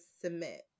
submit